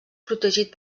protegit